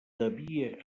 devia